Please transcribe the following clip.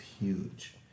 huge